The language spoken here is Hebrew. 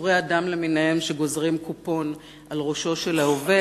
סרסורי אדם למיניהם שגוזרים קופון על ראשו של העובד